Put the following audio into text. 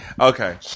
Okay